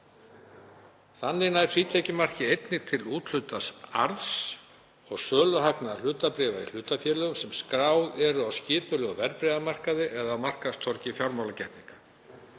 Þannig nær frítekjumarki einnig til úthlutaðs arðs og söluhagnaðar hlutabréfa í hlutafélögum sem skráð eru á skipulegum verðbréfamarkaði eða á markaðstorgi fjármálagerninga.